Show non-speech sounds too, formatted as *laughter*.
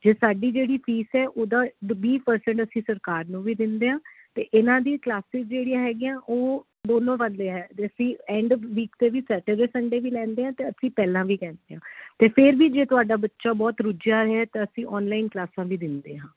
ਅਤੇ ਸਾਡੀ ਜਿਹੜੀ ਫੀਸ ਹੈ ਉਹਦਾ ਵੀਹ ਪ੍ਰਸੈਂਟ ਅਸੀਂ ਸਰਕਾਰ ਨੂੰ ਵੀ ਦਿੰਦੇ ਹਾਂ ਅਤੇ ਇਹਨਾਂ ਦੀ ਕਲਾਸਿਜ ਜਿਹੜੀਆਂ ਹੈਗੀਆਂ ਉਹ ਦੋਨੋਂ *unintelligible* ਹੈ ਜੇ ਅਸੀਂ ਐਂਡ ਵੀਕ 'ਤੇ ਵੀ ਸੈਟਰਡੇ ਸੰਡੇ ਵੀ ਲੈਂਦੇ ਹਾਂ ਅਤੇ ਅਸੀਂ ਪਹਿਲਾਂ ਵੀ ਲੈਂਦੇ ਹਾਂ ਅਤੇ ਫਿਰ ਵੀ ਜੇ ਤੁਹਾਡਾ ਬੱਚਾ ਬਹੁਤ ਰੁੱਝਿਆ ਰਿਹਾ ਤਾਂ ਅਸੀਂ ਆਨਲਾਈਨ ਕਲਾਸਾਂ ਵੀ ਦਿੰਦੇ ਹਾਂ